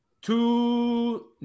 two